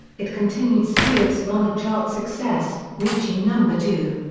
it continued stewart's run of chart success, reaching number two.